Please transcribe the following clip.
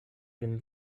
vin